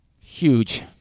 huge